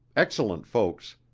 excellent folks,